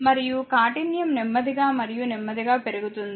మరియు కాఠిన్యం నెమ్మదిగా మరియు నెమ్మదిగా పెరుగుతుంది